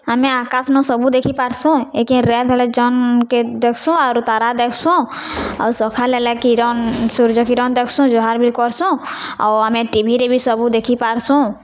ଆମେ ଆକାଶ୍ନ ସବୁ ଦେଖିପାର୍ସୁଁ ଏକେର୍ ରାଏତ୍ ହେଲେ ଜନ୍କେ ଦେଖ୍ସୁଁ ଆରୁ ତାରା ଦେଖ୍ସୁଁ ଆଉ ସଖାଲ୍ ହେଲେ କିରଣ୍ ସୂର୍ଯ୍ୟ କିରଣ୍ ଦେଖ୍ସୁଁ ଜୁହାର୍ ବି କର୍ସୁଁ ଆଉ ଆମେ ଟିଭିରେ ବି ସବୁ ଦେଖିପାର୍ସୁଁ